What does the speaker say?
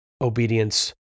obedience